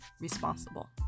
responsible